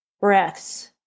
breaths